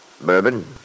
Bourbon